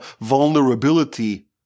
vulnerability